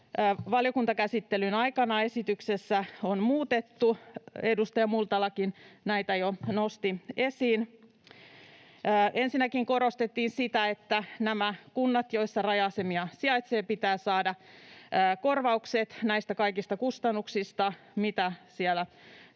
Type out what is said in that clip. valiokuntakäsittelyn aikana esityksessä on muutettu. Edustaja Multalakin näitä jo nosti esiin. Ensinnäkin korostettiin sitä, että näiden kuntien, joissa raja-asemia sijaitsee, pitää saada korvaukset näistä kaikista kustannuksista, mitä siellä tästä